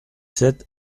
sept